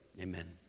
amen